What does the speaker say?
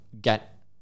get